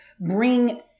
bring